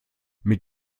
mit